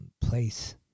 place